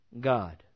God